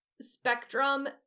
spectrum